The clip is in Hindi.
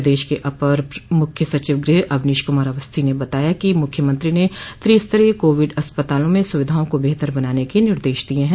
प्रदेश के अपर मुख्य सचिव गृह अवनोश कुमार अवस्थी ने बताया कि मुख्यमंत्री ने त्रिस्तीय कोविड अस्पतालों में सुविधाओं को बेहतर बनाने के निर्देश दिये हैं